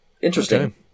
Interesting